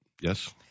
Yes